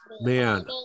man